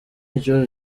ikibazo